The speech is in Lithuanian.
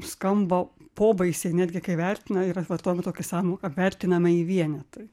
skamba pobaisiai netgi kai vertina yra vartojama tokia sąmoka vertiname jį vienetui